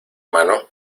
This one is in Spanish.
mano